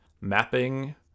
mapping